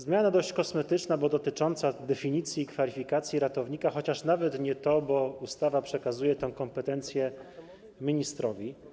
Zmiana jest dość kosmetyczna, bo dotycząca definicji kwalifikacji ratownika, chociaż nawet nie to, bo ustawa przekazuje tę kompetencję ministrowi.